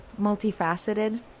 Multifaceted